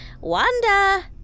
Wanda